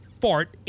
fart